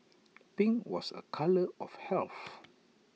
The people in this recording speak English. pink was A colour of health